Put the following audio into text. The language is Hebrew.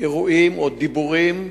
אירועים או דיבורים,